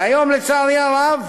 והיום, לצערי הרב,